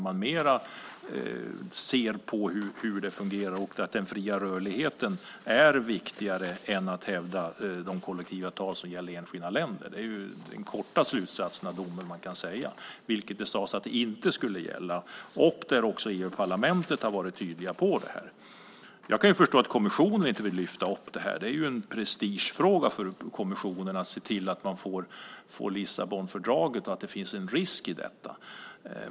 Man ser mer på hur det fungerar, och den fria rörligheten är viktigare än att hävda de kollektivavtal som gäller i enskilda länder. Det är den korta slutsatsen av domen, kan man säga. Det sades ju att det inte skulle gälla. Också EU-parlamentet har varit tydligt på det här området. Jag kan förstå att kommissionen inte vill lyfta upp det här. Det är ju en prestigefråga för kommissionen att se till att man får Lissabonfördraget, och det finns en risk i detta.